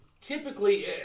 typically